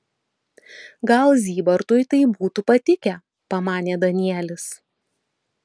gal zybartui tai būtų patikę pamanė danielis